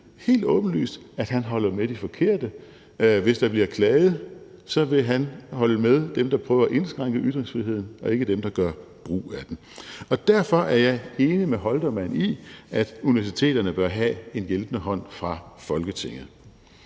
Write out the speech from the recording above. helt åbenlyst, at han holder med de forkerte: Hvis der bliver klaget, vil han holde med dem, der prøver at indskrænke ytringsfriheden, og ikke med dem, der gør brug af den. Og derfor er jeg helt enig med Holtermann i, at universiteterne bør have en hjælpende hånd fra Folketinget.